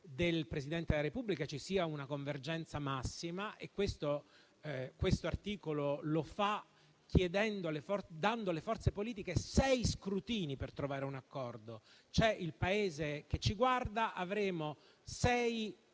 del Presidente della Repubblica ci sia una convergenza massima. Questo articolo lo fa dando alle forze politiche sei scrutini per trovare un accordo. C'è il Paese che ci guarda e avremo sei